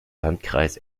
landkreis